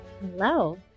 Hello